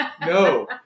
No